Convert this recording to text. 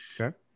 Okay